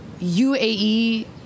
UAE